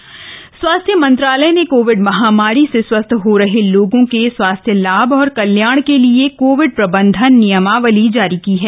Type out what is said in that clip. Covid प्रबंधन नियमावली स्वास्थ्य मंत्रालय ने कोविड महामारी से स्वस्थ हो रहे लोगों के स्वास्थ्य लाभ और कल्याण के लिए कोविड प्रबंधन नियमावली जारी की है